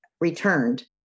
returned